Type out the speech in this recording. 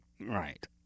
Right